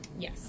Yes